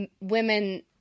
women